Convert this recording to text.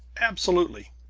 absolutely.